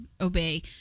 obey